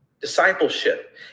Discipleship